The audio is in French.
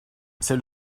c’est